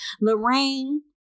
Lorraine